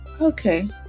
okay